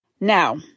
Now